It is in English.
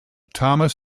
thomas